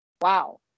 Wow